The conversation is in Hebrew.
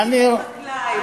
איציק הוא חקלאי.